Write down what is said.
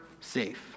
safe